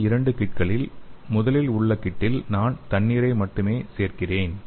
இந்த இரண்டு கிட்களில் முதலில் உள்ள கிட்டில் நான் தண்ணீரை மட்டுமே சேர்க்கிறேன்